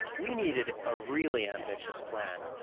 we needed a really ambitious plan,